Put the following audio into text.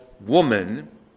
woman